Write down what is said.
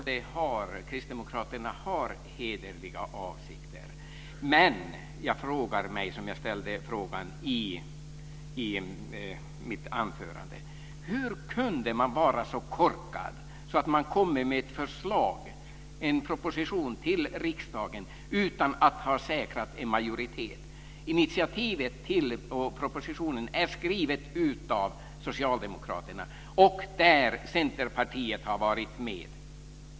Fru talman! Kristdemokraterna har hederliga avsikter. Men jag ställer mig samma fråga som jag ställde i mitt anförande: Hur kunde man vara så korkad att man kom med ett förslag, en proposition, till riksdagen utan att ha säkrat en majoritet? Propositionen är skriven av socialdemokraterna, och Centerpartiet har varit med.